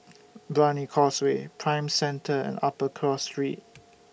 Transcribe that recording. Brani Causeway Prime Centre and Upper Cross Street